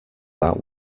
that